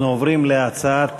אנחנו עוברים להצעת